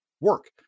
work